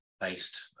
based